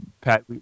Pat